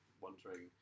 wondering